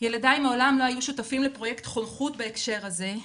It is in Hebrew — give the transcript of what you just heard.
ילדיי מעולם לא היו שותפים לפרויקט חונכות בהקשר הזה.